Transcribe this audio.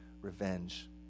revenge